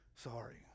sorry